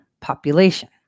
population